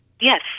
yes